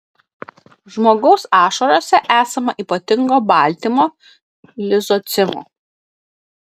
žmogaus ašarose esama ypatingo baltymo lizocimo